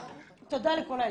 תודה לכל העצות.